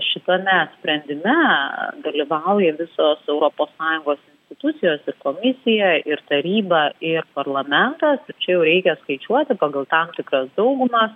šitame sprendime dalyvauja visos europos sąjungos institucijos ir komisija ir taryba ir parlamentas tai čia jau reikia skaičiuoti pagal tam tikras daugumas